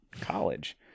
college